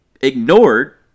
ignored